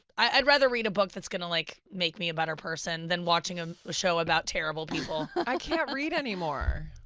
i'd rather read a book that's going to like make me a better person than watching um a show about terrible people. i can't read any more.